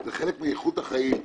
זה חלק מאיכות החיים,